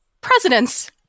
presidents